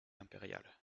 impériale